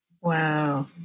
Wow